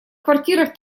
квартирах